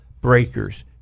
breakers